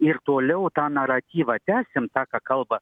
ir toliau tą naratyvą tęsim tą ką kalba